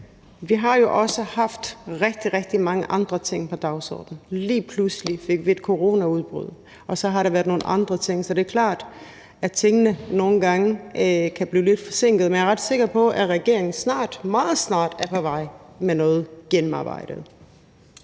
vi har jo også haft rigtig, rigtig mange andre ting på dagsordenen. Lige pludselig fik vi et coronaudbrud, og så har der været nogle andre ting. Så det er klart, at tingene nogle gange kan blive lidt forsinket, men jeg er ret sikker på, at regeringen snart, meget snart, er på vej med noget gennemarbejdet.